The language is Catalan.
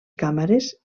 càmeres